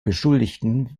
beschuldigten